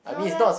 no lah